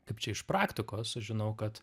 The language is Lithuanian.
kaip čia iš praktikos sužinau kad